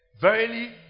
Verily